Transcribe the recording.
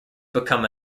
become